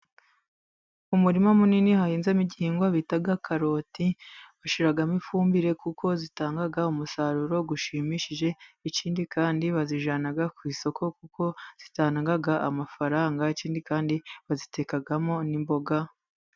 Umurima munini hahinzamo igihingwa bita karoti, bashiyiramo ifumbire kuko zitanga umusaruro ushimishije, ikindi kandi bazijyana ku isoko kuko zitanga amafaranga, ikindi kandi bazitekamo n'imboga.